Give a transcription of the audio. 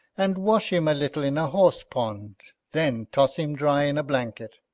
and wash him a little in a horse-pond, then toss him dry in a blanket.